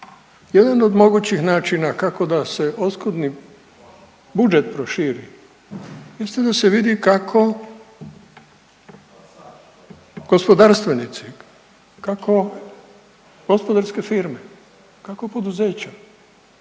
jedan od mogućih načina kako da se oskudni budžet proširi jeste da se vidi kako gospodarstvenici, kako gospodarske firme, kako poduzeća